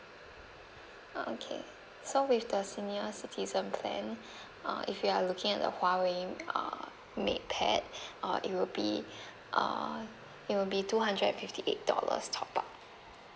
uh okay so with the senior citizen plan uh if you are looking at a huawei uh matepad uh it will be uh it will be two hundred and fifty eight dollars top up